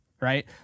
right